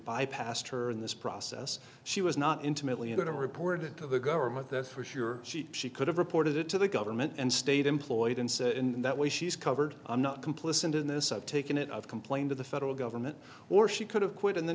bypassed her in this process she was not intimately into reported to the government that's for sure she she could have reported it to the government and state employed and so in that way she's covered i'm not complicit in this i've taken it i've complained to the federal government or she could have quit and then